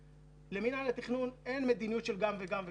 למינהל התכנון אין מדיניות של גם וגם וגם.